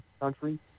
country